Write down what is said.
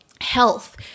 health